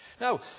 Now